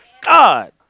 God